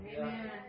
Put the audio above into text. Amen